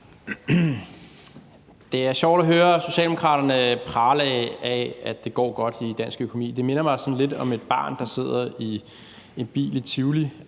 Det er sjovt at høre socialdemokraterne prale af, at det går godt med dansk økonomi. Det minder mig sådan lidt om et barn, der sidder i en bil i Tivoli.